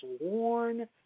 worn